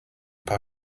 paar